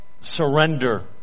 surrender